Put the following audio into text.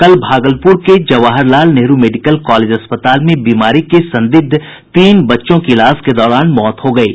कल भागलपुर के Jawahar Lal Nehru medical college अस्पताल में बीमारी के संदिग्ध तीन बच्चों की इलाज के दौरान मौत हो गयी